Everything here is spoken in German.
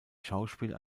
schauspiel